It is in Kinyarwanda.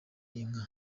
inka